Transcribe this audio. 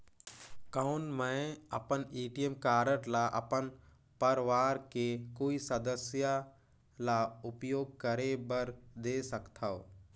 कौन मैं अपन ए.टी.एम कारड ल अपन परवार के कोई सदस्य ल उपयोग करे बर दे सकथव?